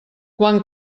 quan